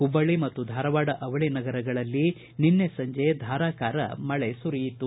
ಹುಬ್ಬಳ್ಳ ಮತ್ತು ಧಾರವಾಡ ಅವಳಿ ನಗರಗಳಲ್ಲಿ ಮಂಗಳವಾರ ಸಂಜೆ ಧಾರಾಕಾರ ಮಳೆ ಸುರಿಯಿತು